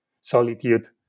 solitude